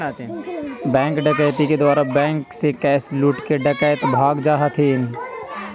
bank डकैती के द्वारा बैंक से कैश लूटके डकैत भाग जा हथिन